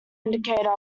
indicator